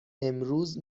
امروز